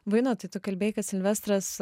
vainotai tu kalbėjai kad silvestras